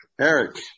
Eric